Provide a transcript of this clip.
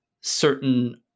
certain